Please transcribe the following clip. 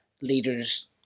leaders